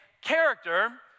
character